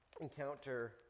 encounter